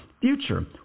future